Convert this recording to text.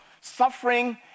suffering